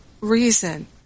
reason